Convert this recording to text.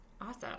Awesome